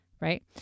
right